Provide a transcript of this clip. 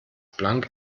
planck